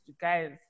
guys